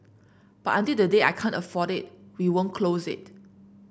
but until the day I can't afford it we won't close it